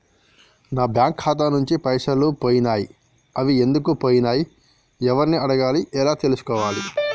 నా బ్యాంకు ఖాతా నుంచి పైసలు పోయినయ్ అవి ఎందుకు పోయినయ్ ఎవరిని అడగాలి ఎలా తెలుసుకోవాలి?